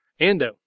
ando